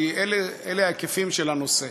כי אלה ההיקפים של הנושא.